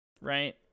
right